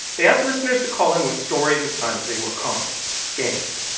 they asked listeners to call in with stories of times they were conned, scammed.